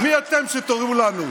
מי אתם שתורו לנו?